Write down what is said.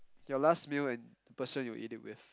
your last meal and the person you ate it with